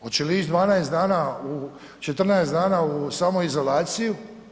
Hoće li ići 12 dana, 14 dana u samoizolaciju?